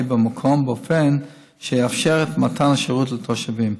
במקום באופן שיאפשר את מתן השירות לתושבים.